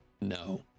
No